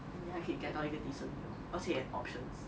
你还可以 get 到一个 decent meal 而且 options